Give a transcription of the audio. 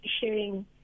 sharing